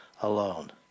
alone